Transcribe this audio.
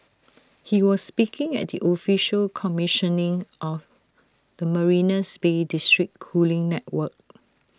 he was speaking at the official commissioning of the marina Bay's district cooling network